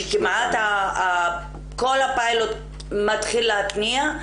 כשכמעט כל הפיילוט מתחיל להתניע,